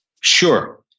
Sure